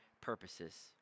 purposes